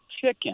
chicken